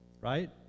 right